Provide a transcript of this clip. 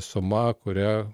suma kurią